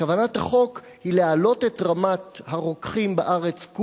כוונת החוק היא להעלות את רמת הרוקחים בארץ,